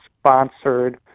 sponsored